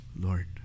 Lord